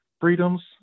freedoms